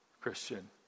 Christian